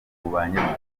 mubanye